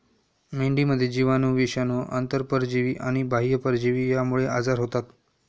मेंढीमध्ये जीवाणू, विषाणू, आंतरपरजीवी आणि बाह्य परजीवी यांमुळे आजार होतात